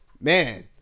man